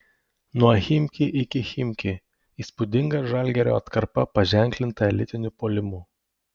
nuo chimki iki chimki įspūdinga žalgirio atkarpa paženklinta elitiniu puolimu